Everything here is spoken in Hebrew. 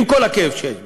עם כל הכאב שיש בזה.